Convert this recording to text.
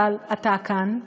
אבל אתה כאן,